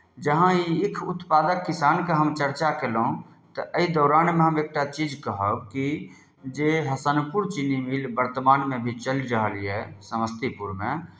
जहाँ ई ईख उत्पादक किसानके हम चर्चा कयलहुँ तऽ एहि दौरानमे हम एकटा चीज कहब कि जे हसनपुर चीनी मिल वर्तमानमे भी चलि रहल यए समस्तीपुरमे